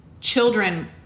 children